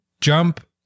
jump